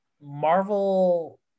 Marvel